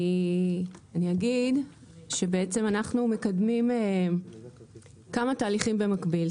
אני אגיד שבעצם אנחנו מקדמים כמה תהליכים במקביל.